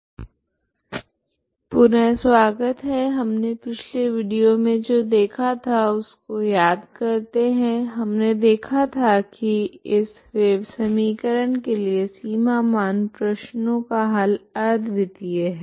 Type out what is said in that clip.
non homogeneous wave समीकरण पुनः स्वागत है हमने अंतिम विडियो मे जो देखा था उसको याद करते है हमने देखा था की इस वेव समीकरण के लिए सीमा मान प्रश्नों का हल अद्वितीय है